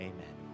Amen